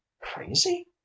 crazy